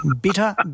Bitter